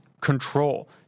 control